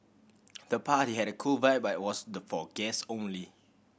the party had a cool vibe but was for guest only